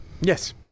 yes